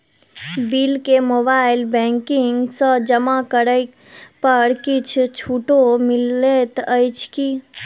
Bill केँ mobile banking सँ जमा करै पर किछ छुटो मिलैत अछि की?